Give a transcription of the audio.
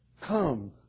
Come